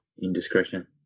indiscretion